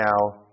now